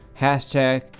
hashtag